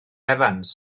evans